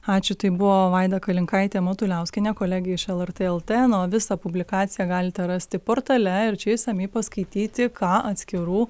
ačiū tai buvo vaida kalinkaitė matuliauskienė kolegė iš lrt lt na o visą publikaciją galite rasti portale ir čia išsamiai paskaityti ką atskirų